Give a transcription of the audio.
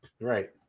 Right